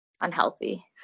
Unhealthy